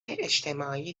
اجتماعی